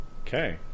Okay